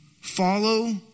follow